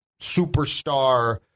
superstar